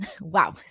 wow